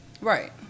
Right